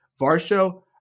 Varsho